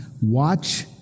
Watch